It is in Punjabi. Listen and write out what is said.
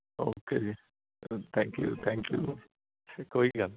ਓਕੇ ਜੀ ਥੈਂਕ ਯੂ ਥੈਂਕ ਯੂ ਕੋਈ ਗੱਲ ਨਹੀਂ